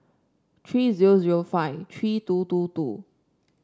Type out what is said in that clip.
three zero zero five three two two two